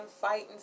fighting